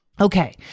Okay